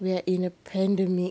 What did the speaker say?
we are in